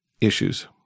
issues